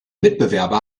mitbewerber